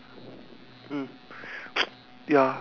maybe say something about the shops like what do you think about the shops